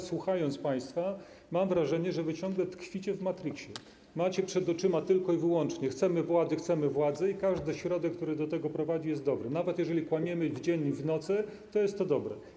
Słuchając państwa, mam wrażenie, że wy ciągle tkwicie w matriksie, macie przed oczyma tylko i wyłącznie: chcemy władzy, chcemy władzy, i każdy środek, który do tego prowadzi, jest dobry, nawet jeżeli kłamiemy w dzień i w nocy, to jest to dobre.